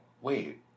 wait